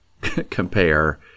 compare